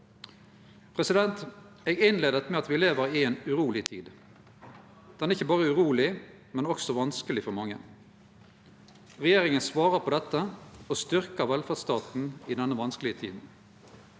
Eg innleidde med at me lever i ei uroleg tid. Ho er ikkje berre uroleg, men også vanskeleg for mange. Regjeringa svarer på dette og styrkjer velferdsstaten i denne vanskelege tida.